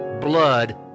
blood